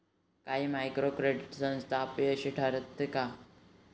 काही micro credit संस्था अपयशी ठरत आहेत